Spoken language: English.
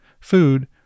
food